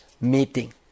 meeting